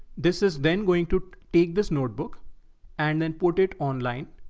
this is then going to take this notebook and then put it online.